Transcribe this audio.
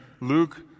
Luke